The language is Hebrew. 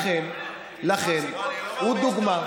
לכן, לכן, הוא דוגמה,